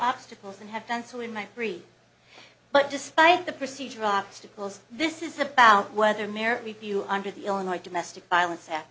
obstacles and have done so in my free but despite the procedural obstacles this is about whether merit review under the illinois domestic violence